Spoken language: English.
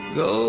go